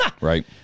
right